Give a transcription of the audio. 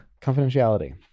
confidentiality